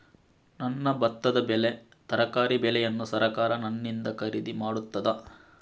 ನನ್ನ ಭತ್ತದ ಬೆಳೆ, ತರಕಾರಿ ಬೆಳೆಯನ್ನು ಸರಕಾರ ನನ್ನಿಂದ ಖರೀದಿ ಮಾಡುತ್ತದಾ?